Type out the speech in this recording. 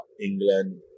England